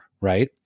right